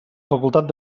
facultat